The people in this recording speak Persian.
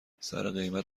سرقیمت